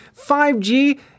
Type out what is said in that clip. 5G